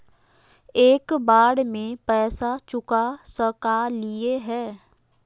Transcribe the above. एक बार में पैसा चुका सकालिए है?